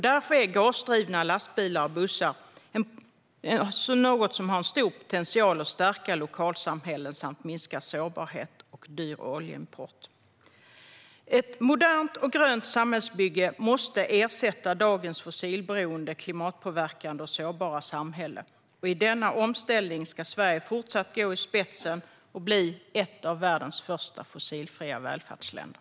Därför är gasdrivna lastbilar och bussar något som har stor potential att stärka lokalsamhällen samt minska sårbarhet och dyr oljeimport. Ett modernt och grönt samhällsbygge måste ersätta dagens fossilberoende, klimatpåverkande och sårbara samhälle. I denna omställning ska Sverige fortsätta att gå i spetsen och bli ett av världens första fossilfria välfärdsländer.